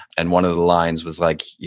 and one of the lines was like, yeah